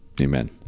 Amen